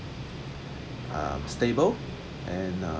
uh stable and uh